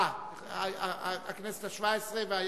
הכנסת השבע-עשרה.